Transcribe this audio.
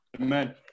Amen